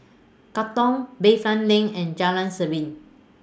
Katong Bayfront LINK and Jalan Serene